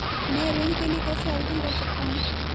मैं ऋण के लिए कैसे आवेदन कर सकता हूं?